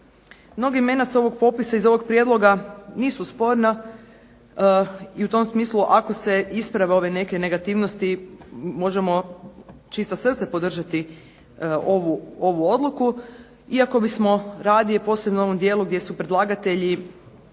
mnoga imena sa ovog popisa iz ovog prijedloga nisu sporna i u tom smislu ako se isprave ove neke negativnosti možemo čista srca podržati ovu odluku. Iako bismo radije, posebno u ovom dijelu gdje su predlagatelji